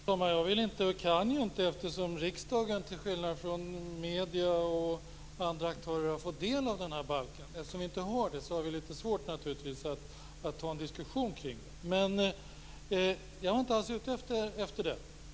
Fru talman! Jag vill inte och kan inte, eftersom riksdagen till skillnad från medierna och andra aktörer inte har fått del av balken, ha en diskussion kring den. Men jag var inte alls ute efter det.